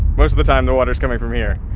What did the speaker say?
most of the time the water is coming from here.